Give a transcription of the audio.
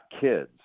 kids